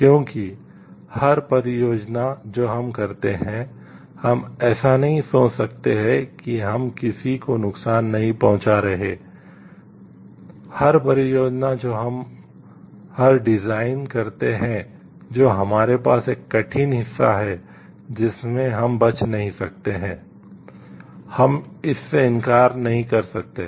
क्योंकि हर परियोजना जो हम करते हैं हम ऐसा नहीं सोच सकते हैं कि हम किसी को नुकसान नहीं पहुंचा रहे हैं हर परियोजना जो हम हर डिजाइन करते हैं जो हमारे पास एक कठिन हिस्सा है जिसमें हम बच नहीं सकते हैं हम इससे इनकार नहीं कर सकते हैं